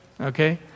Okay